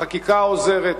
החקיקה עוזרת,